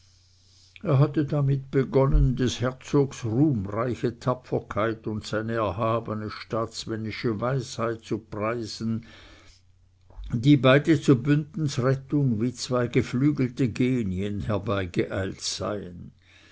er hatte damit begonnen des herzogs ruhmreiche tapferkeit und seine erhabene staatsmännische weisheit zu preisen die beide zu bündens rettung wie zwei geflügelte genien herbeigeeilt seien